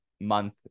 month